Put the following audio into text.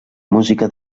música